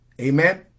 Amen